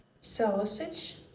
Sausage